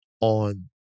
on